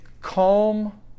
calm